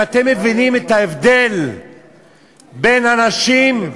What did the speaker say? אם אתם מבינים את ההבדל בין אנשים,